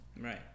Right